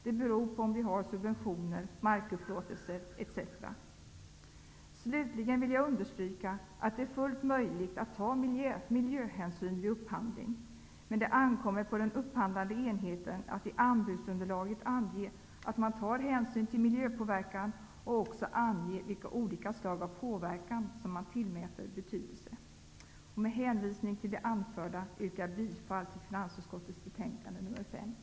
Det beror på om vi har subventioner, markupplåtelser etc. Slutligen vill jag understryka att det är fullt möjligt att ta miljöhänsyn vid upphandling, men det ankommer på den upphandlande enheten att i anbudsunderlaget ange att man tar hänsyn till miljöpåverkan. Man bör också ange vilka olika slag av påverkan som man tillmäter betydelse. Med hänvisning till det anförda yrkar jag bifall till hemställan i finansutskottets betänkande nr 5.